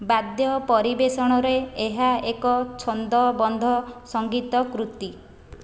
ବାଦ୍ୟ ପରିବେଷଣରେ ଏହା ଏକ ଛନ୍ଦବଦ୍ଧ ସଙ୍ଗୀତ କୃତି